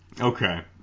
Okay